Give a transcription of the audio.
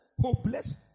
hopeless